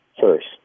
First